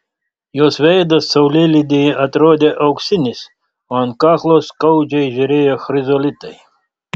jos veidas saulėlydyje atrodė auksinis o ant kaklo skaudžiai žėrėjo chrizolitai